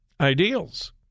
ideals